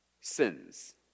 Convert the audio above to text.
sins